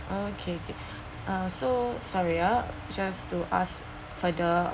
okay good uh so sorry ah just to ask for the